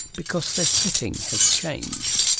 because their setting has changed.